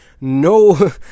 no